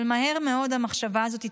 אבל מהר מאוד המחשבה הזאת התפוגגה.